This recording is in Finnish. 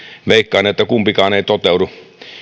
veikkaan että kumpikaan ei toteudu